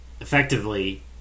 effectively